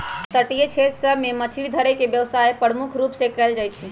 तटीय क्षेत्र सभ में मछरी धरे के व्यवसाय प्रमुख रूप से कएल जाइ छइ